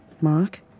Mark